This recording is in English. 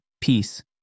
peace